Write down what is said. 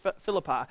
Philippi